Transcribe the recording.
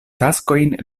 taskojn